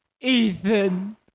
ethan